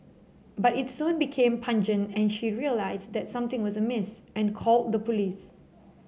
but it soon became pungent and she realised that something was amiss and called the police